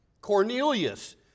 Cornelius